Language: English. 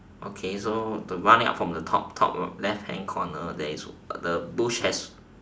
okay so the running up from the top top left hand corner there is a the bush has